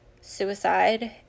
suicide